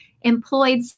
employed